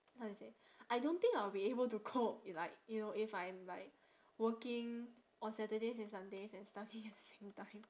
how to say I don't think I would be able to cope like you know if I'm like working on saturdays and sundays and study at the same time